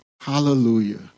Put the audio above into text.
Hallelujah